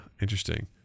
Interesting